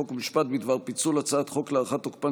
חוק ומשפט בדבר פיצול הצעת חוק להארכת תוקפן